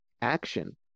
action